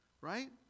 right